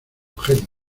genios